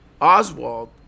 Oswald